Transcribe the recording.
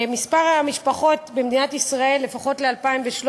מספר המשפחות במדינת ישראל, לפחות ב-2013,